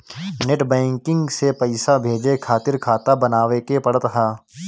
net banking से पईसा भेजे खातिर खाता बानवे के पड़त हअ